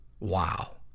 Wow